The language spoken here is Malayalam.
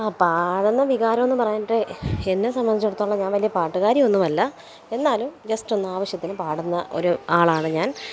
ആ പാടുന്ന വികാരവെന്ന് പറഞ്ഞിട്ട് എന്നെ സമ്പന്ധിച്ചിടത്തോളം ഞാൻ വലിയ പാട്ടുകാരിയൊന്നുവല്ല എന്നാലും ജസ്റ്റൊന്നാവശ്യത്തിന് പാടുന്ന ഒരു ആളാണ് ഞാൻ